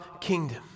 kingdom